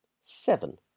Seven